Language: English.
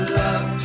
love